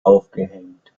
aufgehängt